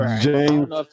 James